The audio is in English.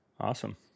Awesome